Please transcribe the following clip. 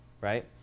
right